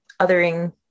othering